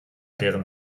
deren